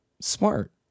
Smart